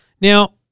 now